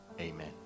amen